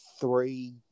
three